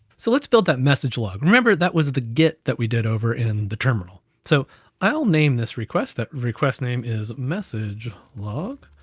so let's build that message log. remember that was the get that we did over in the terminal. so i'll name this request, that request name is message log,